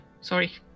Sorry